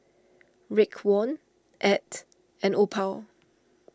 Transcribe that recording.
Raekwon Ed and Opal